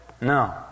No